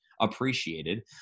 appreciated